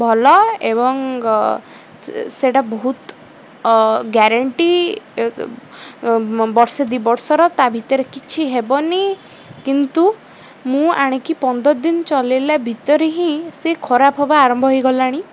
ଭଲ ଏବଂ ସେଟା ବହୁତ ଗ୍ୟାରେଣ୍ଟି ବର୍ଷେ ଦୁଇ ବର୍ଷର ତା ଭିତରେ କିଛି ହେବନି କିନ୍ତୁ ମୁଁ ଆଣିକି ପନ୍ଦର ଦିନ ଚଲେଇଲା ଭିତରେ ହିଁ ସେ ଖରାପ ହେବା ଆରମ୍ଭ ହେଇଗଲାଣି